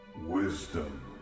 Wisdom